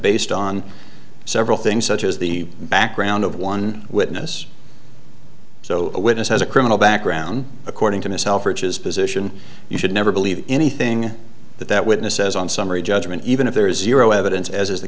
based on several things such as the background of one witness so a witness has a criminal background according to myself which is position you should never believe anything that that witness says on summary judgment even if there is